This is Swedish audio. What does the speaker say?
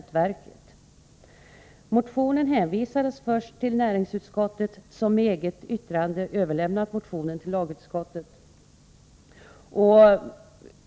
tet, som med eget yttrande överlämnat motionen till lagutskottet.